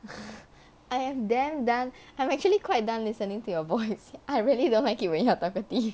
I have them then I'm actually quite done listening to your voice I really don't like it really help priority